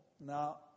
Now